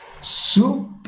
soup